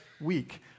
week